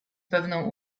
pewną